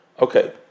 Okay